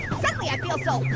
suddenly, i feel so